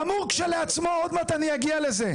חמור כשלעצמו, עוד מעט אני אגיע לזה.